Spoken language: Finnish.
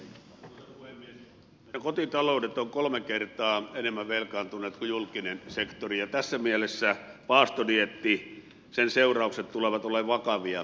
meidän kotitaloudet ovat kolme kertaa enemmän velkaantuneita kuin julkinen sektori ja tässä mielessä paastodieetin seu raukset tulevat olemaan vakavia